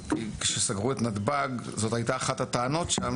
זאת הייתה אחת הטענות כשסגרו את נתב"ג,